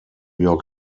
york